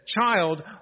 Child